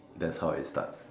that's how it start